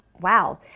wow